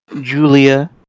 Julia